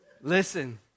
Listen